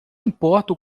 importo